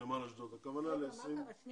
אני פותח